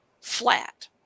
flat